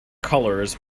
colours